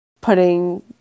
putting